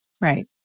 Right